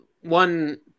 one